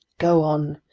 go on!